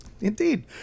Indeed